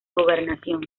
gobernación